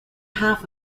half